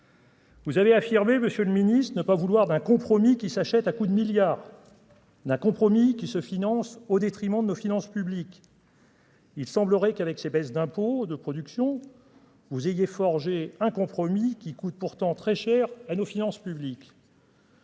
Vous avez affirmé : Monsieur le Ministre ne pas vouloir d'un compromis qui s'achètent à coups de milliards n'a compromis qui se finance au détriment de nos finances publiques. Il semblerait qu'avec ces baisses d'impôts, de production, vous ayez forger un compromis qui coûtent pourtant très cher à nos finances publiques.